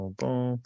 boom